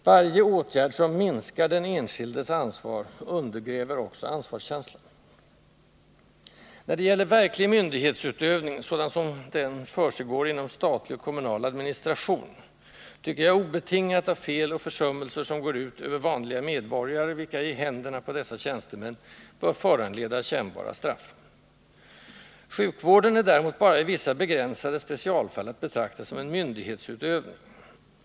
Varje åtgärd som minskar den enskildes ansvar undergräver också ansvarskänslan. När det gäller verklig myndighetsutövning, sådan den försiggår inom statlig och kommunal administration, tycker jag obetingat att fel eller försummelser som går ut över vanliga medborgare, vilka är i händerna på dessa tjänstemän, bör föranleda kännbara straff. Sjukvård är däremot bara i vissa begränsade specialfall att betrakta som en myndighetsutövning.